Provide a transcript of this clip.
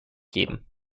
geben